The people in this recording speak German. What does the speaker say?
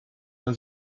man